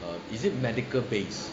err is it medical base